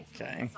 Okay